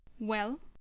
well?